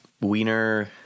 Wiener